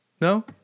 No